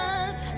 up